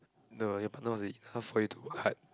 no your partner must be enough for you to work hard